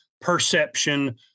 perception